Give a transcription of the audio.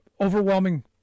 overwhelming